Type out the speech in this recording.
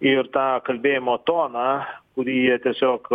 ir tą kalbėjimo toną kurį jie tiesiog